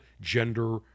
gender